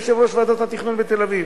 שהוא יושב-ראש ועדת התכנון בתל-אביב,